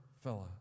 fella